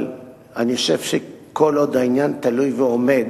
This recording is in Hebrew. אבל אני חושב שכל עוד העניין תלוי ועומד,